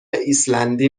ایسلندی